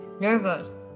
nervous